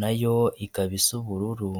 na yo ikaba isa ubururu.